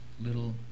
little